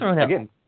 again